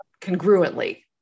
congruently